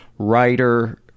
writer